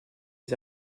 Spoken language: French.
les